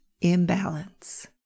imbalance